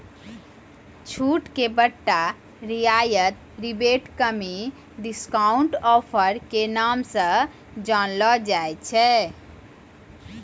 छूट के बट्टा रियायत रिबेट कमी डिस्काउंट ऑफर नाम से जानलो जाय छै